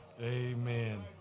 Amen